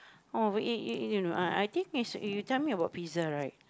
oh eh eh don't know I I think is you tell me about pizza right